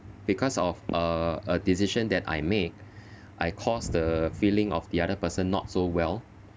because of uh a decision that I make I caused the feeling of the other person not so well